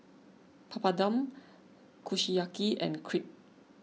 Papadum Kushiyaki and Crepe